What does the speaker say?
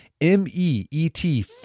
M-E-E-T